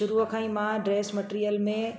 शुरूअ खां ई मां ड्रैस मटीरियल में